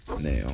Now